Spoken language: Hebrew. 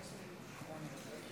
אדוני,